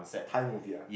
Thai movie ah